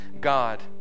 God